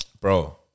Bro